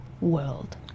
world